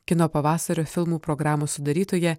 kino pavasario filmų programos sudarytoja